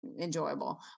enjoyable